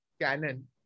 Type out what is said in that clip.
canon